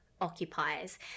occupies